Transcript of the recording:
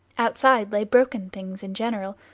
outside lay broken things in general,